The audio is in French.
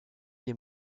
des